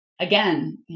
again